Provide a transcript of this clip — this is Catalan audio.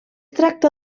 tracta